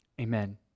amen